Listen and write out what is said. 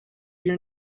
your